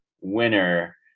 winner